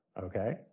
Okay